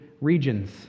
regions